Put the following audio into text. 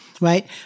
Right